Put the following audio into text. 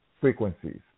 frequencies